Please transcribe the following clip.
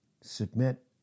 submit